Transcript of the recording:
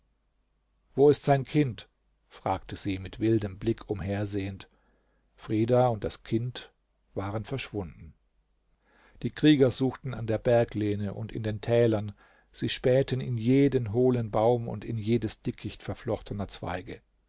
wo ist sein kind fragte sie mit wildem blick umhersehend frida und das kind waren verschwunden die krieger suchten an der berglehne und in den tälern sie spähten in jeden hohlen baum und in jedes dickicht verflochtener zweige